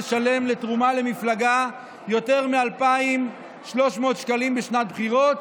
לשלם לתרומה למפלגה יותר מ-2,300 שקלים בשנת בחירות,